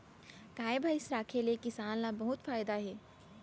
गाय भईंस राखे ले किसान ल बहुत फायदा हे